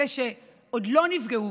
אלה שעוד לא נפגעו